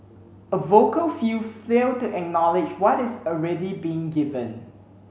a vocal few fail to acknowledge what is already being given